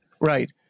Right